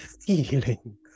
feeling